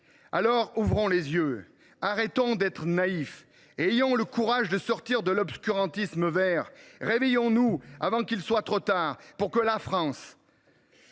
Alors, ouvrons les yeux, arrêtons d’être naïfs et ayons le courage de sortir de l’obscurantisme vert ! Réveillons nous avant qu’il ne soit trop tard pour que la France